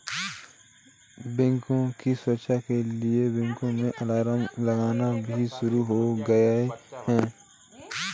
बैंकों की सुरक्षा के लिए बैंकों में अलार्म लगने भी शुरू हो गए हैं